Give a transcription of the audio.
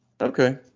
Okay